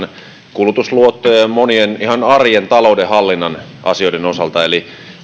kulutusluottojen ja monien ihan arjen taloudenhallinnan asioiden osalta eli